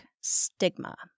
stigma